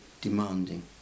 demanding